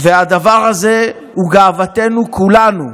והדבר הזה הוא גאוותנו, של כולנו.